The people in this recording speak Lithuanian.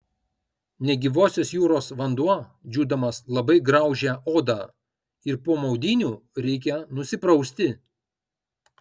negyvosios jūros vanduo džiūdamas labai graužia odą ir po maudynių reikia nusiprausti